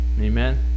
Amen